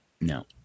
No